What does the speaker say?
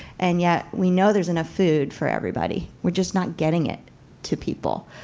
and yet, we know there's enough food for everybody. we're just not getting it to people.